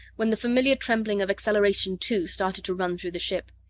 when the familiar trembling of acceleration two started to run through the ship.